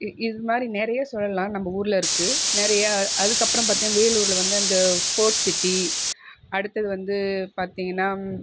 இது இது மாதிரி நிறைய சொல்லலாம் நம்ப ஊரில் இருக்குது நிறைய அதற்கப்புறம் பார்த்தீங்கனா வேலூரில் வந்து அந்த ஃபோர்ட் சிட்டி அடுத்தது வந்து பார்த்தீங்கனா